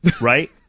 right